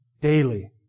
Daily